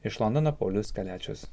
iš londono paulius kaliačius